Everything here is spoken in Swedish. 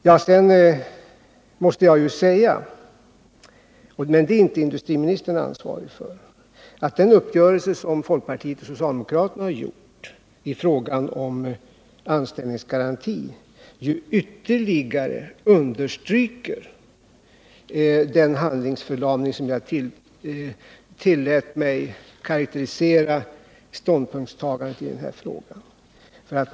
Sedan måste jag säga — men detta är någonting som industriministern inte i första hand är ansvarig för — att den uppgörelse som folkpartiet och socialdemokraterna gjort i fråga om anställningsgaranti ju ytterligare understryker den handlingsförlamning som jag tillät mig säga karakteriserar ståndpunktstagandet i frågan.